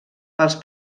pels